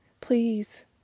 Please